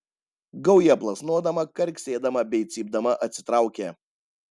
gauja plasnodama karksėdama bei cypdama atsitraukė